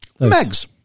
Megs